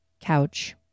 Couch